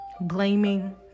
Blaming